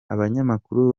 abanyamakuru